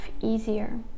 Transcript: easier